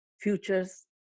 futures